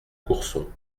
courson